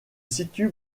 situe